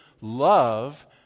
Love